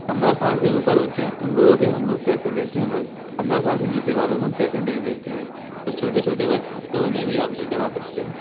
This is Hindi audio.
पंद्रह साल से ऊपर होते हैं उन लोगों के हम लोग पैसे लेते हैं बस पंद्रह साल से नीचे वालों का हम पैसे नहीं लेते हैं तो छोटे छोटे बच्चे हैं तो उन्हें भी आप लेकर आ सकते हो